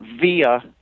via –